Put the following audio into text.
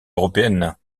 européenne